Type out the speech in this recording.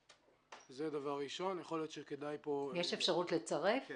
זאת אומרת האשכול נכנס גם בפינוי האשפה וגם